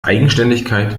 eigenständigkeit